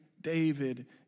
David